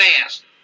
fast